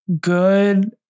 good